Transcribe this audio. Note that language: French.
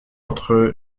entre